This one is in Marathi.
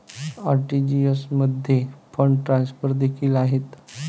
आर.टी.जी.एस मध्ये फंड ट्रान्सफर देखील आहेत